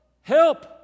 help